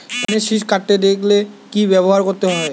ধানের শিষ কাটতে দেখালে কি ব্যবহার করতে হয়?